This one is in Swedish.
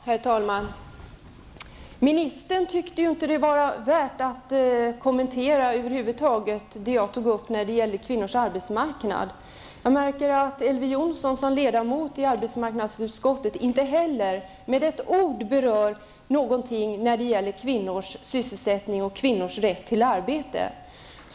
Herr talman! Ministern tyckte inte att det var värt att över huvud taget kommentera det som jag tog upp när det gäller kvinnors arbetsmarknad. Jag märkte att Elver Jonsson, som ledamot i arbetsmarknadsutskottet, inte heller med ett ord berörde kvinnors sysselsättning och kvinnors rätt till arbete.